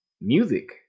music